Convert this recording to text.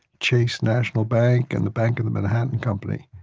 chase national bank and the bank of the manhattan company.